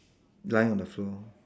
lying on the floor